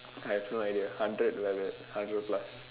I have no idea hundred like that hundred plus